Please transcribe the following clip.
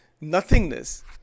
nothingness